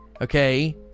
Okay